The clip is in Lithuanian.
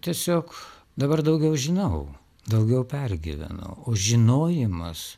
tiesiog dabar daugiau žinau daugiau pergyvenu o žinojimas